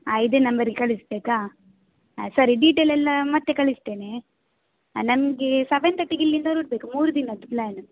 ಹಾಂ ಇದೆ ನಂಬರಿಗೆ ಕಳಿಸಬೇಕಾ ಹಾಂ ಸರಿ ಡೀಟೆಲ್ ಎಲ್ಲ ಮತ್ತೆ ಕಳಿಸ್ತೇನೆ ನಮಗೆ ಸೆವೆನ್ ತರ್ಟಿಗೆ ಇಲ್ಲಿಂದ ಹೊರಡ್ಬೇಕು ಮೂರು ದಿನದ್ದು ಪ್ಲ್ಯಾನ್